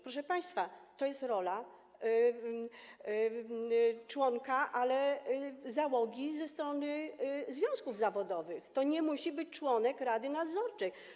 Proszę państwa, to jest rola członka załogi wyznaczonego ze strony związków zawodowych, to nie musi być członek rady nadzorczej.